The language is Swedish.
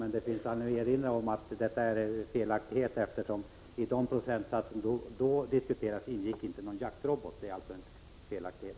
Men det finns anledning att erinra om att det är felaktigt. I de procentsatser som diskuterades tidigare ingick inte någon jaktrobot.